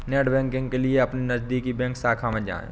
net banking के लिए अपने नजदीकी बैंक शाखा में जाए